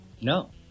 No